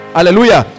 Hallelujah